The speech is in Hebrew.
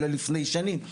אלא לפני שנים.